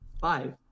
Five